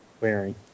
wearing